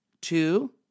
Two